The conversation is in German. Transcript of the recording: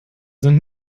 sind